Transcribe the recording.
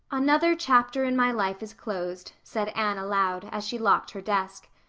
another chapter in my life is closed, said anne aloud, as she locked her desk.